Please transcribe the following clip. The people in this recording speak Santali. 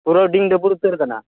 ᱯᱩᱨᱟᱹ ᱰᱤᱝ ᱰᱟᱵᱩᱨ ᱩᱛᱟᱹᱨ ᱠᱟᱱᱟ